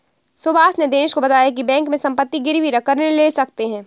सुभाष ने दिनेश को बताया की बैंक में संपत्ति गिरवी रखकर ऋण ले सकते हैं